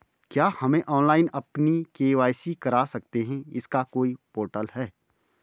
क्या हम ऑनलाइन अपनी के.वाई.सी करा सकते हैं इसका कोई पोर्टल है?